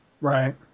right